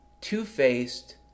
two-faced